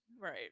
right